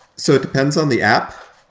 so it depends on the app.